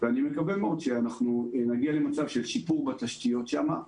אני מקווה מאוד שנגיע לשיפור בתשתיות שם.